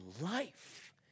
life